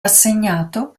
assegnato